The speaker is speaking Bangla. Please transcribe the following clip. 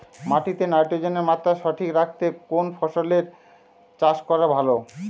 মাটিতে নাইট্রোজেনের মাত্রা সঠিক রাখতে কোন ফসলের চাষ করা ভালো?